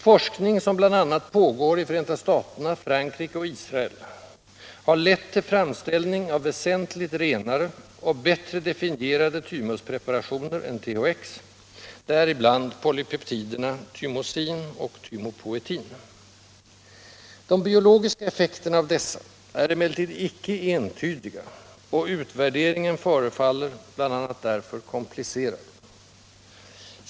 Forskning, som bl.a. pågår i Förenta staterna, Frankrike och Israel, har lett till framställning av väsentligt renare och bättre definierade tymuspreparationer än THX, däribland polypeptiderna tymosin och tymopoetin. De biologiska effekterna av dessa är emellertid icke entydiga, och utvärderingen förefaller bl.a. därför komplicerad.